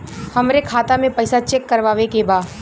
हमरे खाता मे पैसा चेक करवावे के बा?